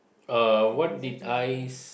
uh what did I s~